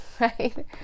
right